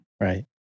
Right